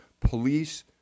police